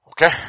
Okay